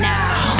now